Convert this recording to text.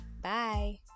bye